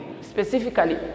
specifically